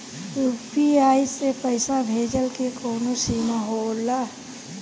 UPI से पईसा भेजल के कौनो सीमा होला?